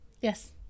Yes